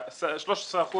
13%